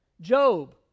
Job